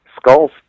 Skulls